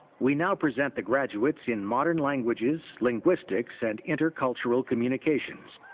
we now present the graduates in modern languages linguistics, and intercultural communications.